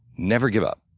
never give up.